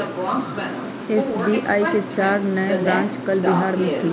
SBI के चार नए ब्रांच कल बिहार में खुलय